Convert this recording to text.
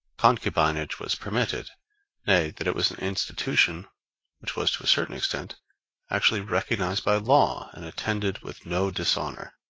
concubinage was permitted nay, that it was an institution which was to a certain extent actually recognized by law, and attended with no dishonor.